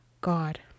God